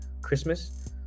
christmas